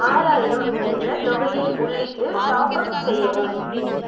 ஆறாயிரம் என்ற தொகையை உள்ளிட்டு டாப் அப் செய்யவும்